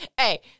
Hey